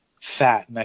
fat